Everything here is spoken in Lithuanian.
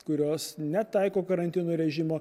kurios netaiko karantino režimo